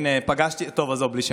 הינה, פגשתי, עזוב, בלי שמות.